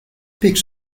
peaks